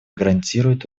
гарантирует